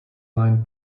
line